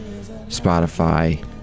Spotify